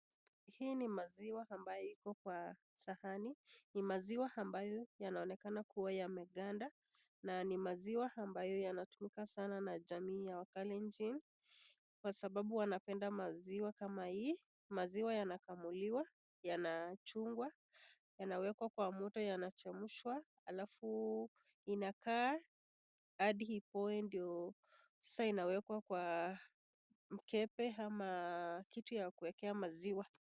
Hii ni maziwa ambayo iko kwa sahani. Ni maziwa ambayo yanaonekana kuwa yamegandana ni maziwa ambayo yanatumika sana na jamii ya wakalenjin kwa sababu wanapenda maziwa kama hii. Maziwa yanakamuliwa, yanachungwa, yanawekwa kwa moto yanachemshwa alafu inakaa hadi ipoe ndio sasa inawekwa kwa mkebe ama kitu ya kuwekea maziwa.